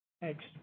Thanks